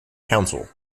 council